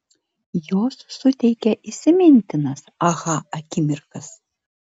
jos suteikia įsimintinas aha akimirkas